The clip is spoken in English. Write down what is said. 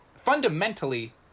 fundamentally